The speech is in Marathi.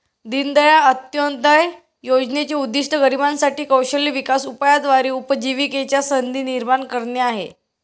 दीनदयाळ अंत्योदय योजनेचे उद्दिष्ट गरिबांसाठी साठी कौशल्य विकास उपायाद्वारे उपजीविकेच्या संधी निर्माण करणे आहे